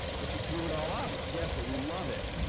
but you threw it all out. yes, but we love it.